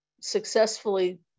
successfully